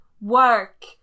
Work